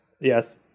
Yes